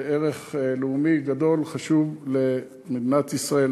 זה ערך לאומי גדול וחשוב למדינת ישראל,